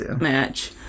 match